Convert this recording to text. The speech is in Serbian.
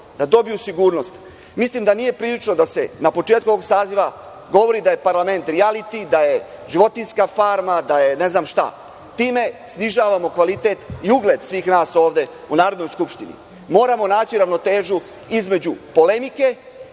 da dobiju sigurnost. Mislim da nije prilično da se na početku ovog saziva govori da je parlament rijaliti, da je životinjska farma, da je ne znam šta. Time snižavamo kvalitet i ugled svih nas ovde u Narodnoj skupštini. Moramo naći ravnotežu između polemike,